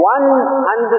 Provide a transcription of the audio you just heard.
100%